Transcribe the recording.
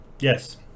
yes